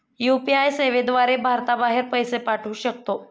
UPI सेवेद्वारे भारताबाहेर पैसे पाठवू शकतो